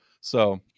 So-